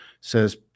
says